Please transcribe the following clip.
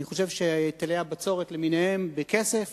אני חושב שהיטלי הבצורת למיניהם בכסף